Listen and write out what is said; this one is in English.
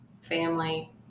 family